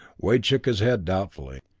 wade shook his head doubtfully.